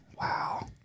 wow